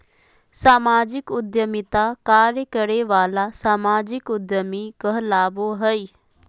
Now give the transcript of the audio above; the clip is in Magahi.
सामाजिक उद्यमिता कार्य करे वाला सामाजिक उद्यमी कहलाबो हइ